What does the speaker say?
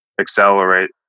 accelerate